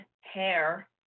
hair